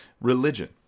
religion